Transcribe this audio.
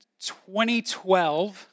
2012